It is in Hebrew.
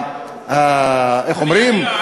איך אומרים?